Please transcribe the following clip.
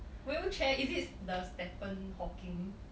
wheelchair is it the Stephen Hawking